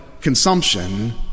consumption